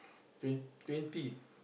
twe~ twenty